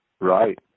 Right